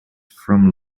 from